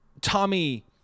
Tommy